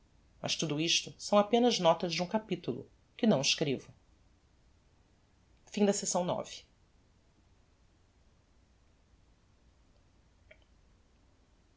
mas tudo isto são apenas notas de um capitulo que não escrevo capitulo xlvi